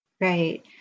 Right